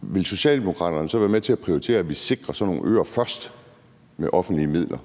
vil Socialdemokraterne så være med til at prioritere, at vi sikrer sådan nogle øer først med offentlige midler?